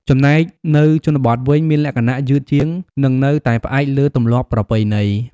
ចំណែកនៅជនបទវិញ មានលក្ខណៈយឺតជាង និងនៅតែផ្អែកលើទម្លាប់ប្រពៃណី។